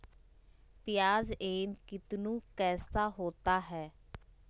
प्याज एम कितनु कैसा होता है?